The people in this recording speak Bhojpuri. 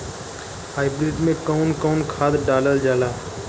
हाईब्रिड में कउन कउन खाद डालल जाला?